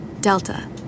Delta